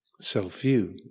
self-view